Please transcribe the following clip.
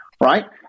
right